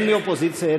הן מהאופוזיציה,